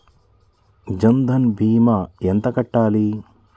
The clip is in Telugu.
జన్ధన్ భీమా ఎంత కట్టాలి?